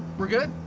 we're good?